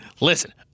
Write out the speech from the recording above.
Listen